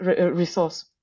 resource